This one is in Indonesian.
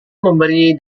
memberi